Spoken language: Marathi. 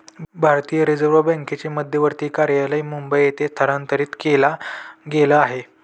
भारतीय रिझर्व बँकेचे मध्यवर्ती कार्यालय मुंबई मध्ये स्थलांतरित केला गेल आहे